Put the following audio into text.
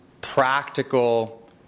practical